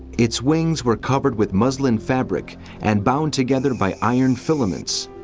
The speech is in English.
its wings were covered with muslin fabric and bound together by iron filaments.